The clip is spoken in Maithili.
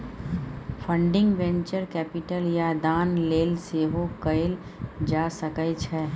फंडिंग वेंचर कैपिटल या दान लेल सेहो कएल जा सकै छै